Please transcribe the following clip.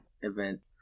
event